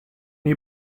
you